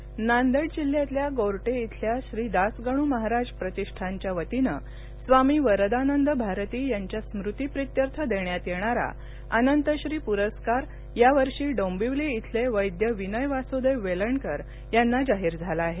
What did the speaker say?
परस्कार नांदेड जिल्ह्यातल्या गोरटे इथल्या श्री दासगण् महाराज प्रतिष्ठानच्या वतीनं स्वामी वरदानंद भारती यांच्या स्मृतीप्रित्यर्थ देण्यात येणारा अनंतश्री प्रस्कार यावर्षी डोंबिवली इथले वैद्य विनय वासुदेव वेलणकर यांना जाहीर झाला आहे